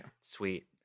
Sweet